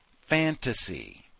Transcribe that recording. fantasy